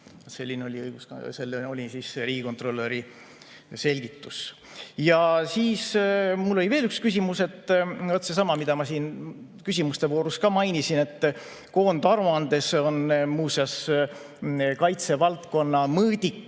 Selline oli riigikontrolöri selgitus. Mul oli veel üks küsimus, seesama, mida ma siin küsimustevoorus ka mainisin, et koondaruandes on kaitsevaldkonna mõõdik